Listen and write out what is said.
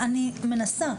אני מנסה.